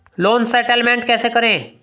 Loan settlement कैसे करें?